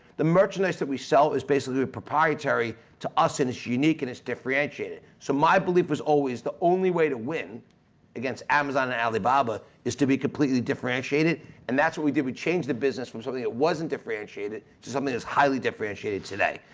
the merchandise that we sell is basically proprietary to us and it's unique and it's differentiated. so my belief was always the only way to win against amazon and alibaba is to be completely differentiated and that's what we did. we changed the business from something that wasn't differentiated to something that's highly differentiated today,